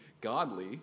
godly